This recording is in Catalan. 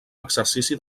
exercici